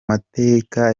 mateka